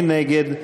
מי נגד?